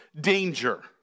danger